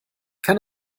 kann